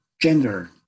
gender